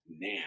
now